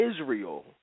Israel